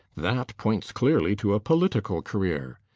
that points clearly to a political career.